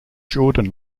jordan